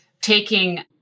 taking –